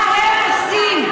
מה הם עושים?